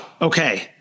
okay